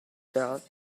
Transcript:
felt